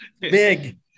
big